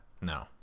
No